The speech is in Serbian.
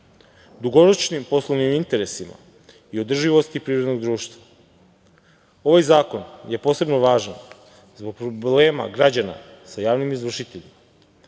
dugoročnim poslovnim interesima i održivosti privrednog društva. Ovaj zakon je posebno važan zbog problema građana sa javnim izvršiteljima,